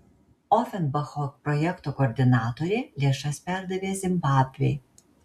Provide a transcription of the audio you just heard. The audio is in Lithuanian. ofenbacho projekto koordinatorė lėšas perdavė zimbabvei